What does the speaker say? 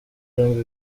zombi